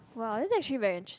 !wow! that's actually very interes~